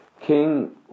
King